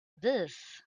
this